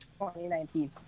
2019